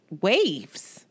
waves